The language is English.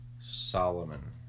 Solomon